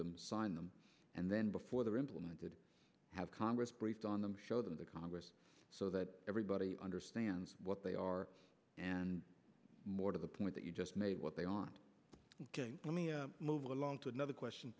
them sign them and then before they are implemented have congress briefed on them show them the congress so that everybody understands what they are and more to the point that you just made what they on let me move along to another question